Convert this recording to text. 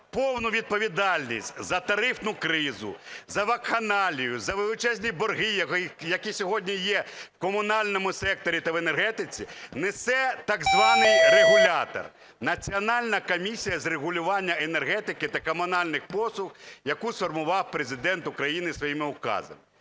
повну відповідальність за тарифну кризу, за вакханалію, за величезні борги, які сьогодні є в комунальному секторі та енергетиці, несе так званий регулятор – Національна комісія з регулювання енергетики та комунальних послуг, яку сформував Президент України своїми указами.